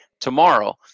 tomorrow